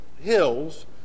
hills